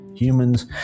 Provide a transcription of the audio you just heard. humans